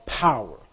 power